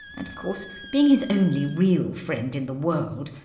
and, of course, being his only real friend in the world,